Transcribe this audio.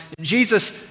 Jesus